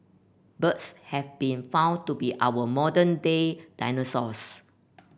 birds have been found to be our modern day dinosaurs